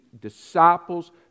disciples